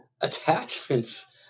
attachments